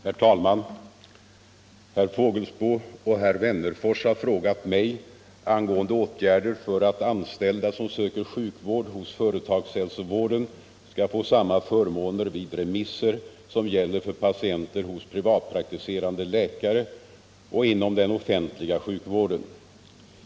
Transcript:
Herr talman! Herr Fågelsbo och herr Wennerfors har frågat mig angående åtgärder för att anställda som söker sjukvård hos företagshälsovården skall få samma förmåner vid remisser som gäller för patienter hos privatpraktiserande läkare och inom den offentliga sjukvården.